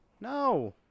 No